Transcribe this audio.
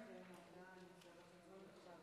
אנחנו מדברים על שניים